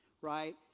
right